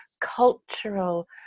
cultural